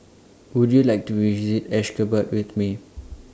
Would YOU like to visit Ashgabat with Me